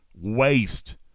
waste